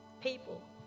people